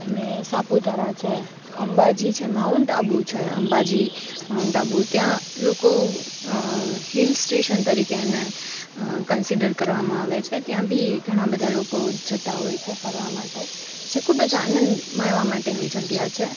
અને સાપુતારા છે અંબાજી છે માઉન્ટ આબુ છે અંબાજી માઉન્ટ આબુ ત્યાં લોકો હિલ સ્ટેશન તરીકે એને કનસિડર કરવામાં આવે છે ત્યાંભી એ ઘણાં બધાં લોકો જતાં હોય છે ફરવા માટે જે ખૂબ જ આનંદ માણવા માટેની જગ્યા છે